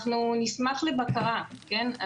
אנחנו נשמח לבקרה, כן?